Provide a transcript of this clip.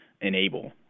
enable